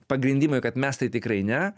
pagrindimai kad mes tai tikrai ne